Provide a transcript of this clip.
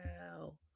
wow